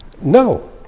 no